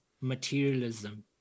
materialism